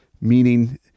meaning